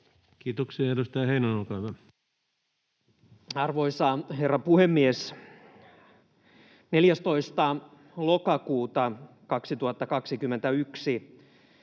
Kiitoksia. — Edustaja Heinonen, olkaa hyvä. Arvoisa herra puhemies! Kiitos